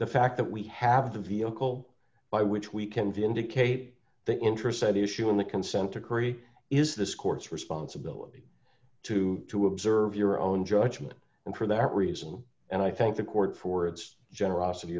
the fact that we have the vehicle by which we can vindicate the interest at issue in the consent decree is this court's responsibility to to observe your own judgment and for that reason and i think the court for its generosity